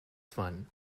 fun